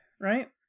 right